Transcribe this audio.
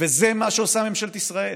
וזה מה שעושה ממשלת ישראל